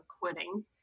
quitting